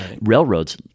Railroads